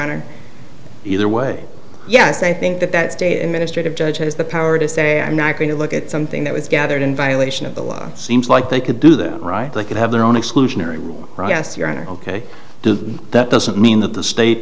honor either way yes i think that that state administrate of judge has the power to say i'm not going to look at something that was gathered in violation of the law seems like they could do that right they could have their own exclusionary rule ok to that doesn't mean that the state